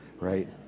Right